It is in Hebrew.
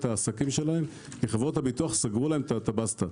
העסקים שלהם כי חברות הביטוח סגרו להם הבאטסה.